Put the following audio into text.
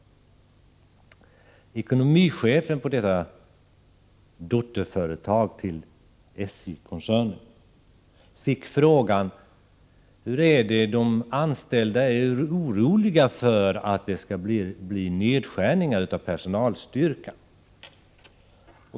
Ekonomichefen vid detta dotterföretag inom SJ-koncernen fick frågan: Hur är det — de anställda är oroliga för att det skall bli nedskärningar av personalstyrkan?